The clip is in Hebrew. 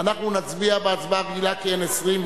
אנחנו נצביע בהצבעה רגילה כי אין 20,